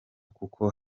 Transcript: kuko